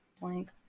Blank